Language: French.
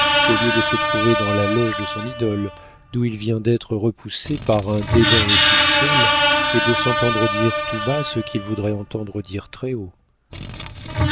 au lieu de se trouver dans la loge de son idole d'où il vient d'être repoussé par un dédain officiel et de s'entendre dire tout bas ce qu'il voudrait entendre dire très-haut raoul